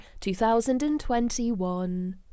2021